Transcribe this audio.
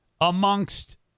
amongst